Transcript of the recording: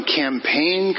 campaign